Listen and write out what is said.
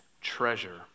treasure